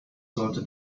sollte